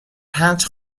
پنج